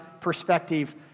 perspective